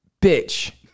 Bitch